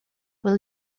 will